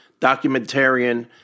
documentarian